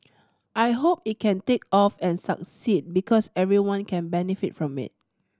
I hope it can take off and succeed because everyone can benefit from it